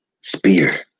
Spear